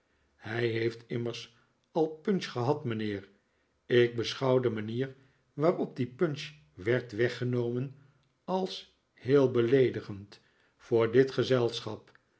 hij heeft immers al punch gehad mijnheer ik beschouw de manier waarop die punch werd weggenomen als heel beleedigend voor dit gezelschap